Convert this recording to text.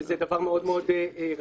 שזה דבר מאוד מאוד רגיש.